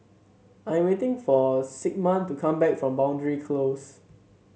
I am waiting for Sigmund to come back from Boundary Close